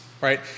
right